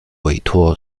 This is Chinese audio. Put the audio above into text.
委托